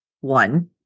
One